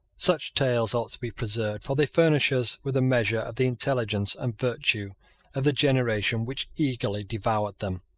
such tales ought to be preserved for they furnish us with a measure of the intelligence and virtue of the generation which eagerly devoured them.